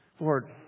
Lord